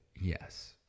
yes